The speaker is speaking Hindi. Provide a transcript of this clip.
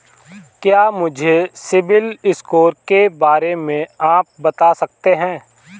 क्या मुझे सिबिल स्कोर के बारे में आप बता सकते हैं?